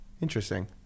Interesting